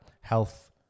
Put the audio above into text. health